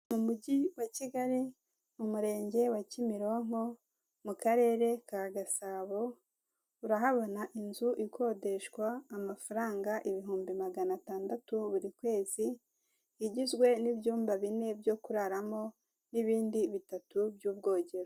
Umujyi wa Kigali umurenge wa Kimironko mu karere ka Gasabo urahabona inzu ikodeshwa amafaranga ibihumbi maganatandatu buri kwezi, igizwe n'ibyumba bine byo kuraramo n'ibindi bitatu by'ubwogero.